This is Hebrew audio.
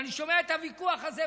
ואני שומע את הוויכוח הזה,